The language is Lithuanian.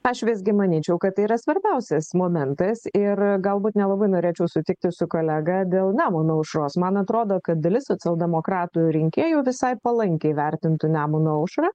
aš visgi manyčiau kad tai yra svarbiausias momentas ir galbūt nelabai norėčiau sutikti su kolega dėl nemuno aušros man atrodo kad dalis socialdemokratų rinkėjų visai palankiai vertintų nemuno aušrą